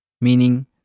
meaning